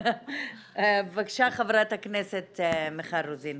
בבקשה חברת הכנסת מיכל רוזין.